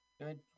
Good